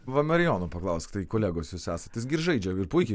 va marijono paklausk tai kolegos jūs esat jis gi ir žaidžia ir puikiai